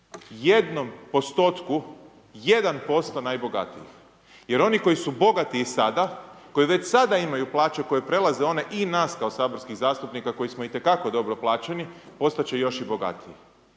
jednom postotku, 1% najbogatijih. Jer oni koji su bogati i sada, koji već sada imaju plaće koje prelaze one i nas kao saborskih zastupnika koji smo itekako dobro plaćeni, postat će još i bogatiji.